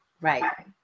Right